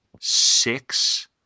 six